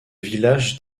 village